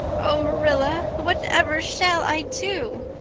oh, marilla, whatever shall i do?